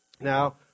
Now